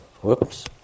whoops